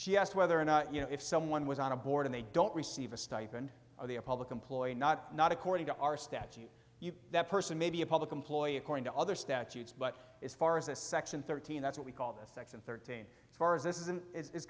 she asked whether or not you know if someone was on a board and they don't receive a stipend are they a public employee not not according to our statute that person may be a public employee according to other statutes but it's far as section thirteen that's what we call the section thirteen as far as this isn't i